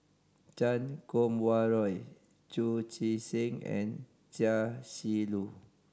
Chan Kum Wah Roy Chu Chee Seng and Chia Shi Lu